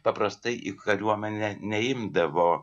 paprastai į kariuomenę neimdavo